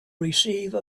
receive